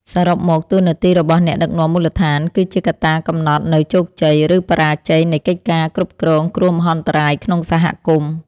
សរុបមក តួនាទីរបស់អ្នកដឹកនាំមូលដ្ឋានគឺជាកត្តាកំណត់នូវជោគជ័យ ឬបរាជ័យនៃកិច្ចការគ្រប់គ្រងគ្រោះមហន្តរាយក្នុងសហគមន៍។